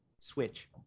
Switch